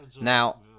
Now